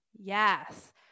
Yes